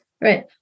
Right